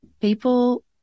people